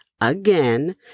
again